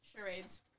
charades